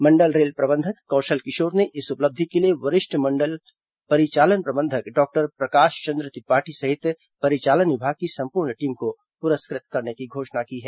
मंडल रेल प्रबंधक कौशल किशोर ने इस उपलधि के लिए वरिष्ठ मंडल परिचालन प्रबंधक डॉक्टर प्रकाश चंद्र त्रिपाठी सहित परिचालन विभाग की संपूर्ण टीम को पुरस्कृत करने की घोषणा की है